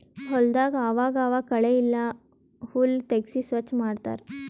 ಹೊಲದಾಗ್ ಆವಾಗ್ ಆವಾಗ್ ಕಳೆ ಇಲ್ಲ ಹುಲ್ಲ್ ತೆಗ್ಸಿ ಸ್ವಚ್ ಮಾಡತ್ತರ್